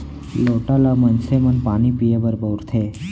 लोटा ल मनसे मन पानी पीए बर बउरथे